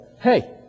hey